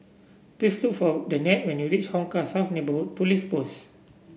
please look for Danette when you reach Hong Kah South Neighbourhood Police Post